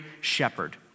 shepherd